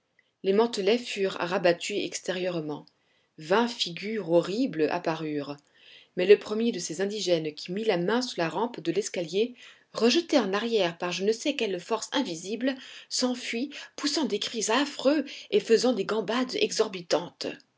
furent rabattus extérieurement vingt figures horribles apparurent mais le premier de ces indigènes qui mit la main sur la rampe de l'escalier rejeté en arrière par je ne sais quelle force invisible s'enfuit poussant des cris affreux et faisant des gambades exorbitantes